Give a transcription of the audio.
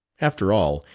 after all,